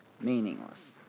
meaningless